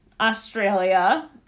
australia